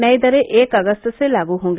नई दरें एक अगस्त से लागू होंगी